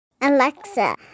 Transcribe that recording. Alexa